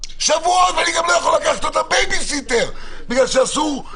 ואני גם לא יכול לקחת אותם בייביסיטר בגלל שאסור,